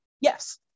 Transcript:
Yes